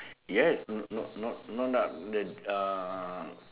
yes not not not not doubt the uh